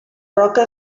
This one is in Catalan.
roca